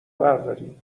برداری